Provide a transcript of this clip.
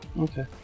Okay